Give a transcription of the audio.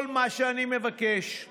כל מה שאני מבקש הוא